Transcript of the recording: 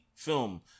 film